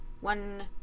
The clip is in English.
one